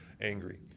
angry